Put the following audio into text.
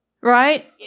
Right